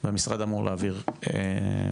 והמשרד אמור להעביר תקציב,